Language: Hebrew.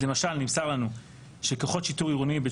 למשל נמסר לנו שכוחות שיטור עירוני בית